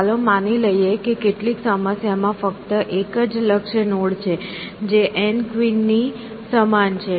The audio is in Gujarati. ચાલો માની લઈએ કે કેટલીક સમસ્યામાં ફક્ત એક જ લક્ષ્ય નોડ છે જે N કવિન કવિનની સમાન છે